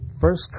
first